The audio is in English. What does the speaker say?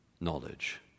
knowledge